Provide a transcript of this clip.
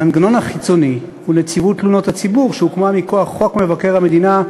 המנגנון החיצוני הוא נציבות תלונות הציבור שהוקמה מכוח חוק מבקר המדינה,